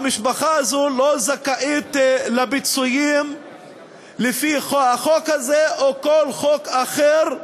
המשפחה הזו לא זכאית לפיצויים לפי החוק הזה או כל חוק אחר,